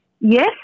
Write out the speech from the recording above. Yes